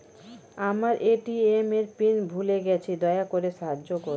আমার এ.টি.এম এর পিন ভুলে গেছি, দয়া করে সাহায্য করুন